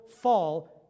fall